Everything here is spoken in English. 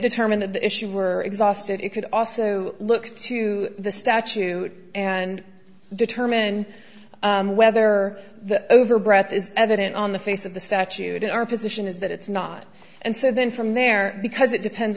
determined that the issues were exhausted it could also look to the statute and determine whether the over breath is evident on the face of the statute in our position is that it's not and so then from there because it depends